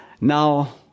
Now